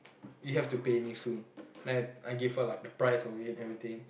you have to pay me soon and then I gave her like the price of it everything